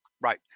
right